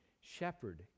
shepherd